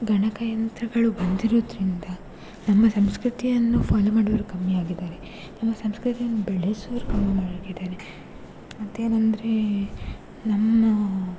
ಗಣಕಯಂತ್ರಗಳು ಬಂದಿರೋದ್ರಿಂದ ನಮ್ಮ ಸಂಸ್ಕೃತಿಯನ್ನು ಫಾಲೋ ಮಾಡೋರು ಕಮ್ಮಿಯಾಗಿದ್ದಾರೆ ನಮ್ಮ ಸಂಸ್ಕೃತಿಯನ್ನು ಬೆಳೆಸೋರು ಕಮ್ಮಿಯಾಗಿದ್ದಾರೆ ಮತ್ತು ಏನಂದರೆ ನಮ್ಮ